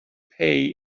pay